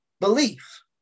belief